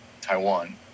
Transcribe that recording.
Taiwan